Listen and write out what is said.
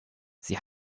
sie